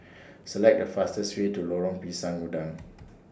Select The fastest Way to Lorong Pisang Udang